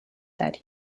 that